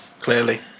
clearly